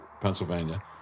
Pennsylvania